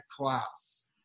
class